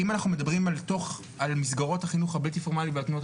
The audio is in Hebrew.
אם אנחנו מדברים על מסגרות החינוך הבלתי פורמלי ותנועות